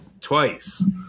twice